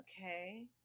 Okay